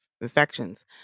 infections